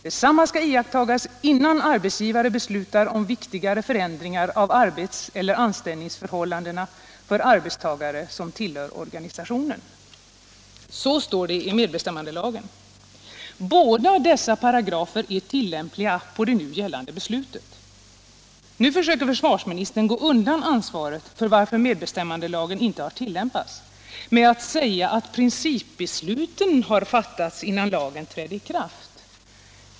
Detsamma skall iakttagas innan arbetsgivare beslutar om viktigare förändring av arbetseller anställningsförhållandena för arbetstagare som tillhör organisationen.” Båda dessa paragrafer är tillämpliga på det nu gällande beslutet. Nu försöker försvarsministern gå undan ansvaret för att medbestämmandelagen inte har tillämpats med att säga att principbesluten har fattats innan lagen trädde i kraft.